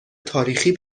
تاریخی